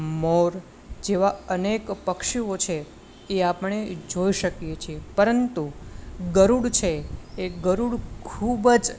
મોર જેવા અનેક પક્ષીઓ છે એ આપણે જોઈ શકીએ છીએ પરંતુ ગરુડ છે એ ગરુડ ખૂબ જ